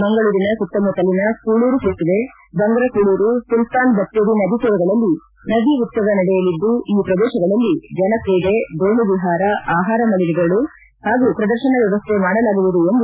ಮಂಗಳೂರಿನ ಸುತ್ತಮುತ್ತಲಿನ ಕೂಳೂರು ಸೇತುವೆ ಬಂಗ್ರಕೂಳೂರು ಸುಲ್ತಾನ್ ಬತ್ತೇರಿ ನದಿ ತೀರಗಳಲ್ಲಿ ನದಿ ಉತ್ತವ ನಡೆಯಲಿದ್ದು ಈ ಪ್ರದೇಶಗಳಲ್ಲಿ ಜಲಕ್ರೀಡೆ ದೋಣಿವಿಹಾರ ಆಹಾರ ಮಳಿಗೆಗಳು ಪಾಗೂ ಪ್ರದರ್ಶನ ವ್ಯವಸ್ಥೆ ಮಾಡಲಾಗುವುದು ಎಂದು ಅವರು ಹೇಳಿದರು